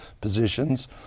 positions